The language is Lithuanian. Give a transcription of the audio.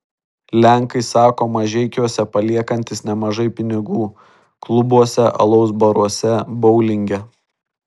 lenkai sako mažeikiuose paliekantys nemažai pinigų klubuose alaus baruose boulinge